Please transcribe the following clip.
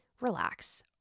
relax